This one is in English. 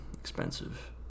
expensive